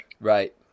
Right